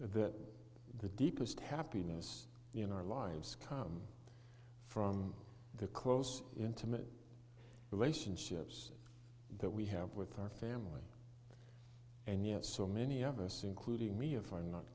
that the deepest happiness in our lives come from the close intimate relationships that we have with our family and yet so many of us including me if i'm not